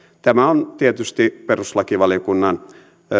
tämä on tietysti perustuslakivaliokunnan